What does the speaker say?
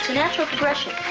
natural progression.